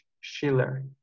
Schiller